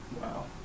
Wow